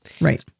right